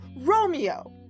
Romeo